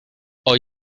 hoy